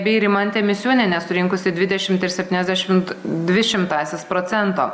bei rimantė misiūnienė surinkusi dviedešimt ir septyniasdešimt dvi šimtąsias procento